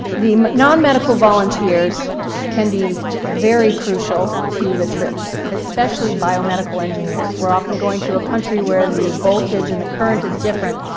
the nonmedical volunteers can be very crucial to the trips, especially biomedical engineers. we're often going to a country where the voltage and the current is different.